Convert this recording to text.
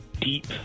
deep